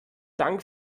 dank